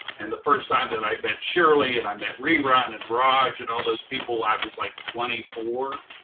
and the first time that i met shirley, and i met rerun and raj and all those people, i was like twenty four.